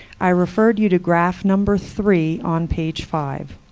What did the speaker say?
i referred you to graph number three on page five.